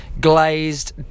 Glazed